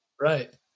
Right